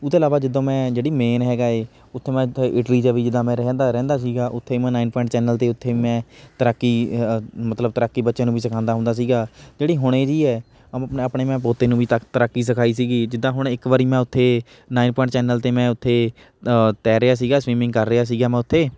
ਉਹ ਤੋਂ ਇਲਾਵਾ ਜਿੱਦਾਂ ਮੈਂ ਜਿਹੜੀ ਮੇਨ ਹੈਗਾ ਏ ਉੱਥੋਂ ਮੈਂ ਇੱਥੇ ਇਟਲੀ 'ਚ ਵੀ ਜਿੱਦਾਂ ਮੈਂ ਰਹਿੰਦਾ ਰਹਿੰਦਾ ਸੀਗਾ ਉੱਥੇ ਮੈਂ ਨਾਈਨ ਪੁਆਇੰਟ ਚੈਨਲ 'ਤੇ ਉੱਥੇ ਮੈਂ ਤੈਰਾਕੀ ਮਤਲਬ ਤੈਰਾਕੀ ਬੱਚਿਆਂ ਨੂੰ ਵੀ ਸਿਖਾਉਂਦਾ ਹੁੰਦਾ ਸੀਗਾ ਜਿਹੜੀ ਹੁਣ ਇਹੀ ਹੈ ਮ ਆਪਣੇ ਮੈਂ ਪੋਤੇ ਨੂੰ ਵੀ ਤਰੱਕ ਤੈਰਾਕੀ ਸਿਖਾਈ ਸੀਗੀ ਜਿੱਦਾਂ ਹੁਣ ਇੱਕ ਵਾਰੀ ਮੈਂ ਉੱਥੇ ਨਾਈਨ ਪੁਆਇੰਟ ਚੈਨਲ 'ਤੇ ਮੈਂ ਉੱਥੇ ਤੈਰ ਰਿਹਾ ਸੀਗਾ ਸਵੀਮਿੰਗ ਕਰ ਰਿਹਾ ਸੀਗਾ ਮੈਂ ਉੱਥੇ